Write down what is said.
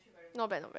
not bad not bad